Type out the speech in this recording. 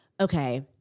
okay